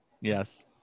Yes